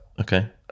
Okay